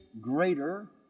greater